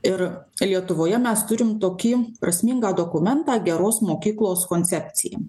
ir lietuvoje mes turim tokį prasmingą dokumentą geros mokyklos koncepcija